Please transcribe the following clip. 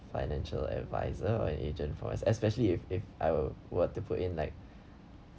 financial adviser or an agent for it especially if if I were to put in like